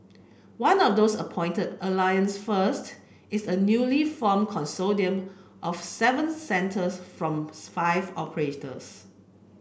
one of those appointed Alliance First is a newly formed consortium of seven centres from five operators